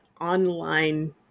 online